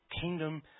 kingdom